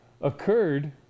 occurred